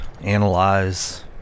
Analyze